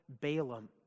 Balaam